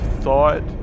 thought